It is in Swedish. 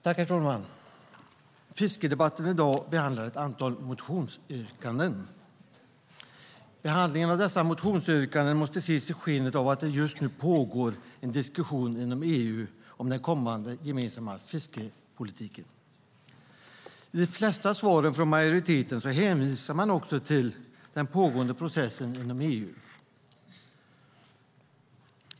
Herr talman! Fiskedebatten i dag behandlar ett antal motionsyrkanden. Behandlingen av dessa motionsyrkanden måste ses i skenet av att det just nu pågår en diskussion inom EU om den kommande gemensamma fiskeripolitiken. I de flesta svar från majoriteten hänvisar man också till den pågående processen inom EU.